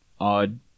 odd